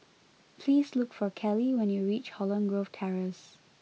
please look for Keli when you reach Holland Grove Terrace